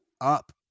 up